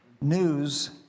news